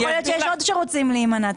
יכול להיות יש עוד שרוצים להימנע.